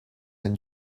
and